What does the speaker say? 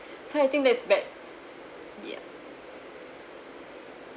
so I think that is bad ya